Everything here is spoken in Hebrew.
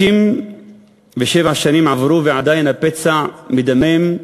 57 שנים עברו, ועדיין הפצע מדמם,